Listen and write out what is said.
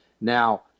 Now